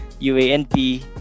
UANP